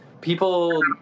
People